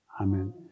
Amen